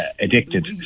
addicted